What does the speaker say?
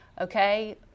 okay